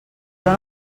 però